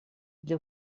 для